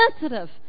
sensitive